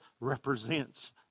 represents